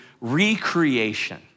recreation